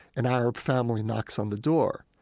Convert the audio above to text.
an arab family knocks on the door.